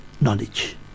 knowledge